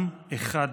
עם אחד.